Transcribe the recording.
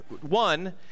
one